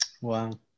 Wow